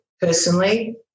personally